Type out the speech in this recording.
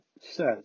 says